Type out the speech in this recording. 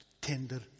tender